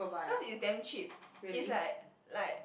cause is damn cheap is like like